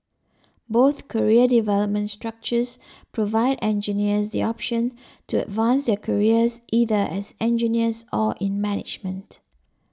both career development structures provide engineer the option to advance their careers either as engineers or in management